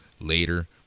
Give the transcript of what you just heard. later